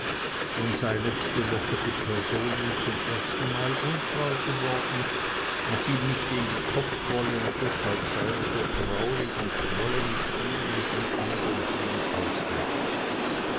nun sei letzte woche die person ihm zum ersten mal untreu geworden was ihm nicht in den kopf wolle und deshalb sei er so traurig und schmolle mit ihr und mit den andern die ihn auslachen